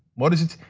what is it?